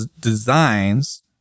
designs